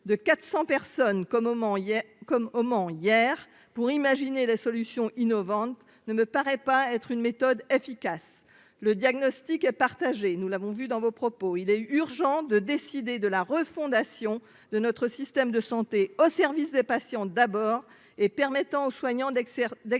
moment hier comme au Mans hier pour imaginer des solutions innovantes ne me paraît pas être une méthode efficace le diagnostic partagé, nous l'avons vu dans vos propos, il est urgent de décider de la refondation de notre système de santé au service des patients d'abord et permettant aux soignants d'excès